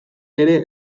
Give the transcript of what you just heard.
ere